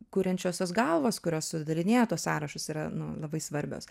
kuriančiosios galvos kurios sudarinėja tuos sąrašus yra nu labai svarbios